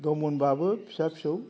दंंमोनब्लाबो फिसा फिसौ